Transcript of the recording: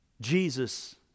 Jesus